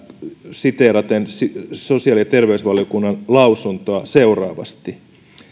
siteeraten sosiaali ja terveysvaliokunnan lausuntoa seuraavasti